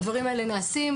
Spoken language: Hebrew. הדברים האלה נעשים.